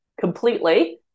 completely